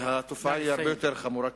התופעה היא הרבה יותר חמורה.